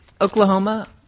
Oklahoma